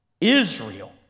Israel